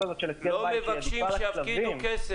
הזו של הסגר בית --- לא מבקשים שיפקידו כסף.